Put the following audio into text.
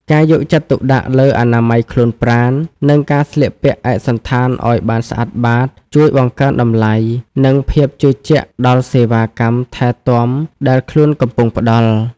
ការយកចិត្តទុកដាក់លើអនាម័យខ្លួនប្រាណ និងការស្លៀកពាក់ឯកសណ្ឋានឱ្យបានស្អាតបាត ជួយបង្កើនតម្លៃ និងភាពជឿជាក់ដល់សេវាកម្មថែទាំដែលខ្លួនកំពុងផ្តល់។